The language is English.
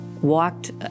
walked